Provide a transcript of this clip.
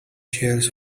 shares